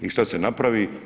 I što se napravi?